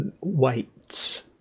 weights